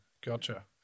Gotcha